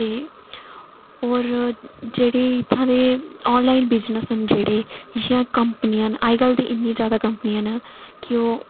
होर जेह्ड़े इत्थूं दे ऑनलाइन बिज़नेस न जेह्ड़े जि'यां कंपनियां न अजकल इन्नी जादा कंपनियां न कि ओह्